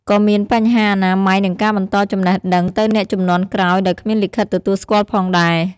ក៏មានបញ្ហាអនាម័យនិងការបន្តចំណេះដឹងទៅអ្នកជំនាន់ក្រោយដោយគ្មានលិខិតទទួលស្គាល់ផងដែរ។